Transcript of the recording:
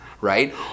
right